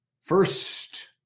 First